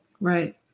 Right